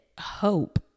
hope